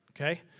okay